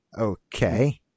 Okay